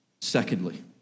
Secondly